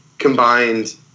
combined